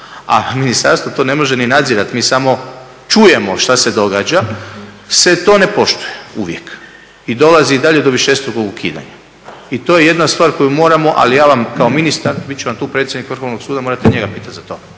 a ministarstvo to ne može ni nadzirati. Mi samo čujemo šta se događa se to ne poštuje uvijek i dolazi dalje do višestrukog ukidanja i to je jedna stvar koju moramo ali ja vam kao ministar, bit će vam tu predsjednik Vrhovnog suda, morate njega pitati za to.